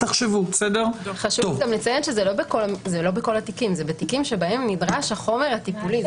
זה לא בכל התיקים אלא בתיקים שבהם נדרש החומר הטיפולי.